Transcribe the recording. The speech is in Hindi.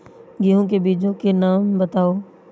गेहूँ के बीजों के नाम बताओ?